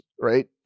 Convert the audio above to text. right